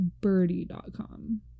birdie.com